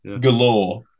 galore